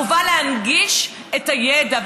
וחובה להנגיש את הידע.